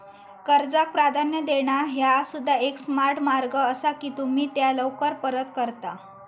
कर्जाक प्राधान्य देणा ह्या सुद्धा एक स्मार्ट मार्ग असा की तुम्ही त्या लवकर परत करता